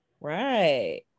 Right